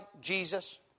Jesus